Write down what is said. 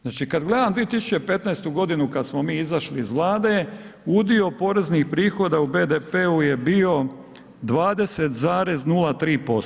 Znači kada gledam 2015. godinu kada smo mi izašli iz Vlade udio poreznih prihoda u BDP-u je bio 20,03%